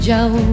Joe